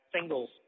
singles